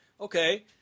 okay